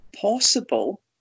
possible